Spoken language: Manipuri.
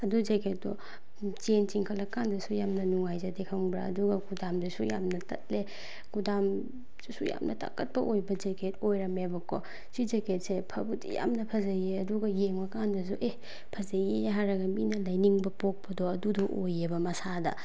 ꯑꯗꯨ ꯖꯦꯛꯀꯦꯠꯇꯣ ꯆꯦꯟ ꯆꯤꯡꯈꯠꯂꯀꯥꯟꯗꯁꯨ ꯌꯥꯝꯅ ꯅꯨꯡꯉꯥꯏꯖꯗꯦ ꯈꯪꯕ꯭ꯔꯥ ꯑꯗꯨꯒ ꯀꯨꯗꯥꯝꯗꯨꯁꯨ ꯌꯥꯝꯅ ꯇꯠꯂꯦ ꯀꯨꯗꯥꯝꯗꯨꯁꯨ ꯌꯥꯝꯅ ꯇꯠꯀꯟꯕ ꯑꯣꯏꯕ ꯖꯦꯛꯀꯦꯠ ꯑꯣꯏꯔꯝꯃꯦꯕꯀꯣ ꯁꯤ ꯖꯦꯛꯀꯦꯠꯁꯦ ꯐꯕꯨꯗꯤ ꯌꯥꯝꯅ ꯐꯖꯩꯌꯦ ꯑꯗꯨꯒ ꯌꯦꯡꯕꯀꯥꯟꯗꯁꯨ ꯑꯦ ꯐꯖꯩꯌꯦ ꯍꯥꯏꯔꯒ ꯃꯤꯅ ꯂꯩꯅꯤꯡꯕ ꯄꯣꯛꯄꯗꯣ ꯑꯗꯨꯗꯣ ꯑꯣꯏꯌꯦꯕ ꯃꯁꯥꯗ